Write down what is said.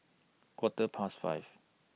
Quarter Past five